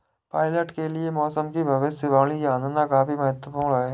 pilot के लिए मौसम की भविष्यवाणी जानना काफी महत्त्वपूर्ण है